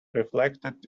reflected